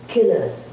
Killers